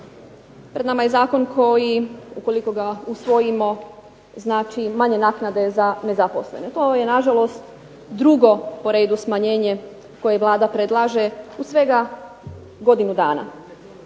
Pred nama je zakon koji, ukoliko ga usvojimo, znači manje naknade za nezaposlene. To je nažalost drugo po redu smanjenje koje Vlada predlaže u svega godinu dana.